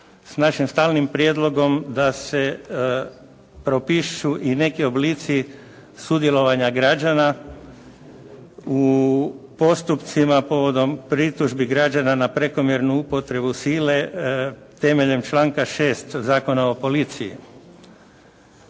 s našim stalnim prijedlogom da se propišu i neki oblici sudjelovanja građana u postupcima povodom pritužbi građana na prekomjernu upotrebu sile temeljem članka 6. Zakona o policiji.